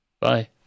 Bye